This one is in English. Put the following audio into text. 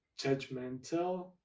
judgmental